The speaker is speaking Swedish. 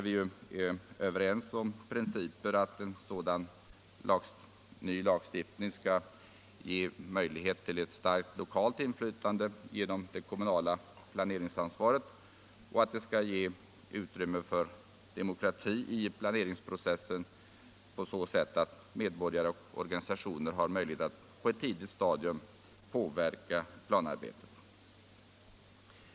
Vi är överens om principen att en sådan ny lagstiftning skall ge möjlighet till ett starkt lokalt inflytande genom det kommunala planeringsansvaret och att det skall ge utrymme för demokrati i planeringsprocessen på så sätt att medborgare och organisationer har möjlighet att på ett tidigt stadium påverka planarbetet.